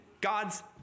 God's